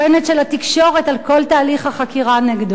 של התקשורת על כל תהליך החקירה נגדו.